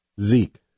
Zeke